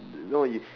no it's